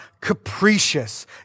capricious